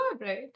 right